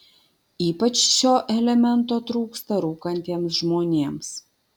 ypač šio elemento trūksta rūkantiems žmonėms